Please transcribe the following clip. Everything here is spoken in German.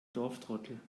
dorftrottel